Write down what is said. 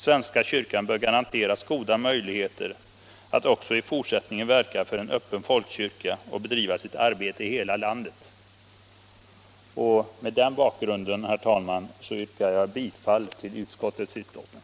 Svenska kyrkan bör garanteras goda möjligheter att också i fortsättningen verka som en öppen folkkyrka och att bedriva sitt arbete i hela landet.” Herr talman! Mot den bakgrunden yrkar jag bifall till utskottets hemställan.